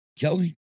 Kelly